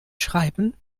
schreiben